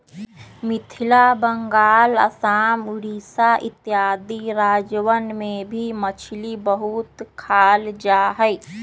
मिथिला बंगाल आसाम उड़ीसा इत्यादि राज्यवन में भी मछली बहुत खाल जाहई